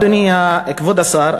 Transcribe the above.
אדוני כבוד השר,